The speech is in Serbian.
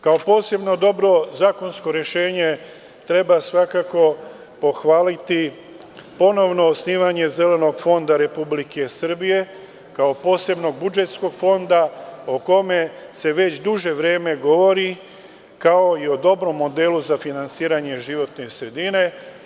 Kao posebno dobro zakonsko rešenje treba svakako pohvaliti ponovno osnivanje Zelenog fonda Republike Srbije kao posebnog budžetskog fonda o kome se već duže vreme govori, kao i o dobrom modelu za finansiranje životne sredine.